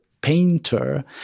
painter